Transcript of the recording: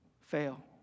fail